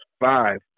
five